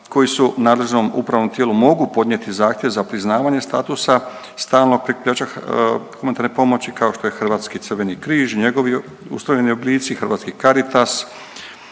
koji se nadležnom upravnom tijelu mogu podnijeti zahtjev za priznavanje statusa stalnog prikupljača humanitarne pomoći kao što je Hrvatski crveni križ i njegovi ustoljeni oblici Hrvatski Caritas.